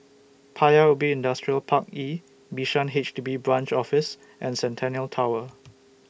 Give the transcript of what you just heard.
Paya Ubi Industrial Park E Bishan H D B Branch Office and Centennial Tower